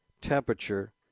temperature